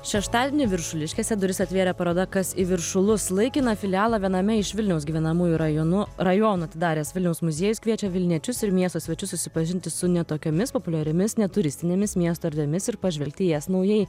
šeštadienį viršuliškėse duris atvėrė paroda kas į viršulus laikiną filialą viename iš vilniaus gyvenamųjų rajonu rajonų atidaręs vilniaus muziejus kviečia vilniečius ir miesto svečius susipažinti su ne tokiomis populiariomis neturistinėmis miesto erdvėmis ir pažvelgti į jas naujai